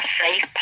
safe